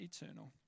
eternal